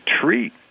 treat